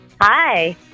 Hi